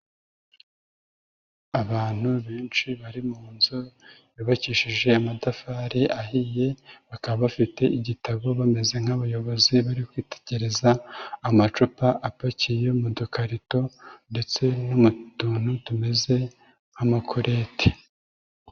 Abantu benshi bari mu nzu yubakishije amatafari ahiye, bakaba bafite igitabo bameze nk'abayobozi bari kwitegereza amacupa apakiye mu dukarito ndetse no mu tuntu tumeze nk'amakureti.